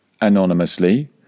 anonymously